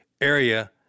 area